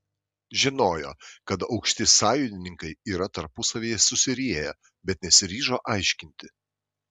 žinojo kad aukšti sąjūdininkai yra tarpusavyje susirieję bet nesiryžo aiškinti